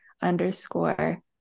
underscore